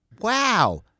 Wow